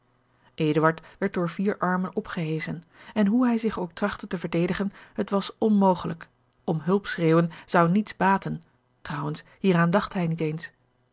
werd door vier armen opgeheschen en hoe hij zich ook trachtte te verdedigen het was onmogelijk om hulp schreeuwen zou niets baten trouwens hieraan dacht hij niet